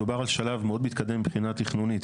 מדובר על שלב מאוד מתקדם מבחינה תכנונית,